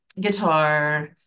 guitar